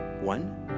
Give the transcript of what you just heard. One